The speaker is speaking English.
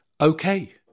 okay